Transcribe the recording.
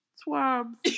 swabs